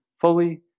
fully